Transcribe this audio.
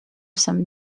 some